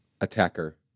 attacker